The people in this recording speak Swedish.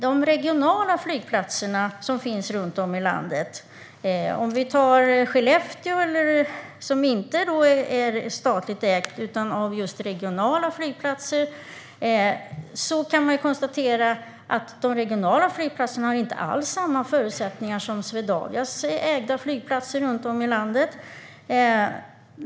De regionala flygplatserna runt om i landet - till exempel den i Skellefteå - som inte är statligt ägda har inte alls samma förutsättningar som de flygplatser som ägs av Swedavia.